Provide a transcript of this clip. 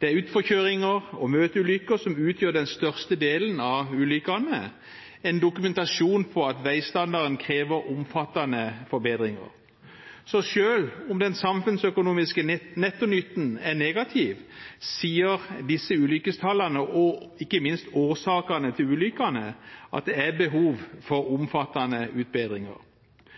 Det er utforkjøringer og møteulykker som utgjør den største delen av ulykkene – en dokumentasjon på at veistandarden krever omfattende forbedringer. Så selv om samfunnsøkonomisk netto nytte er negativ, sier disse ulykkestallene, og ikke minst årsakene til ulykkene, at det er behov for omfattende utbedringer.